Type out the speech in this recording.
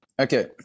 Okay